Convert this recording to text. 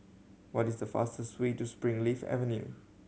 what is the fastest way to Springleaf Avenue